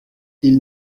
ils